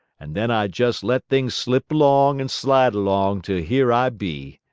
and then i jest let things slip along and slide along till here i be.